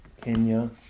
Kenya